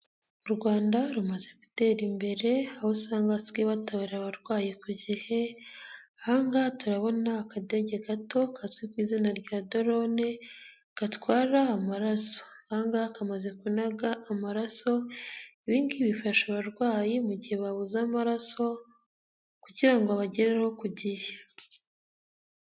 U Rwanda rumaze gutera imbere aho usanga basigaye batabara abarwayi ku gihe, aha ngaha turabona akadege gato kazwi ku izina rya dorone gatwara amaraso, aha ngaha kamaze kunaga amaraso ibi ngibi bifasha abarwayi mu gihe babuze amaraso kugira ngo abagerereho ku gihe.